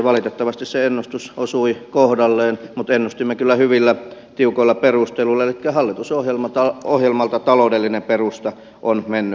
valitettavasti se ennustus osui kohdalleen mutta ennustimme kyllä hyvillä tiukoilla perusteluilla elikkä hallitusohjelmalta taloudellinen perusta on mennyt pois